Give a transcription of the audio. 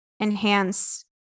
enhance